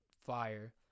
fire